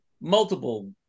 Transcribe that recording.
multiple